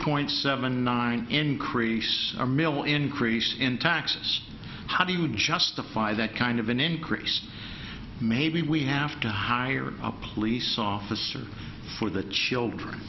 point seven nine increase a mil increase in taxes how do you justify that kind of an increase maybe we have to hire a police officer for the children